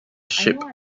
ship